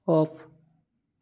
off